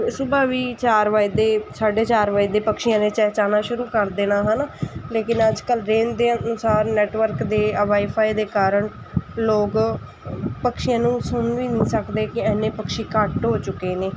ਸੁਬਹ ਵੀ ਚਾਰ ਵਜਦੇ ਸਾਢ਼ੇ ਚਾਰ ਵਜਦੇ ਪਕਸ਼ੀਆਂ ਦੀਆਂ ਚਹਿਚਹਾਉਣਾ ਸ਼ੁਰੂ ਕਰ ਦੇਣਾ ਹੈ ਨਾ ਲੇਕਿਨ ਅੱਜ ਕੱਲ੍ਹ ਦੇਖਦੇ ਹਾਂ ਅਨੁਸਾਰ ਨੈਟਵਰਕ ਦੇ ਵਾਈਫਾਈ ਦੇ ਕਾਰਨ ਲੋਕ ਪਕਸ਼ੀਆਂ ਨੂੰ ਸੁਣ ਵੀ ਨਹੀਂ ਸਕਦੇ ਕਿ ਇੰਨੇ ਪਕਸ਼ੀ ਘੱਟ ਹੋ ਚੁੱਕੇ ਨੇ